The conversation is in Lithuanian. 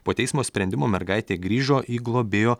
po teismo sprendimo mergaitė grįžo į globėjo